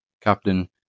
Captain